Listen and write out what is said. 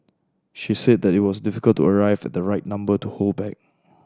she said that it was difficult to arrive at the right number to hold back